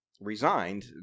resigned